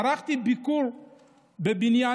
ערכתי ביקור בבניין,